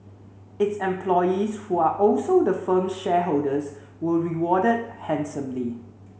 its employees who are also the firm's shareholders were rewarded handsomely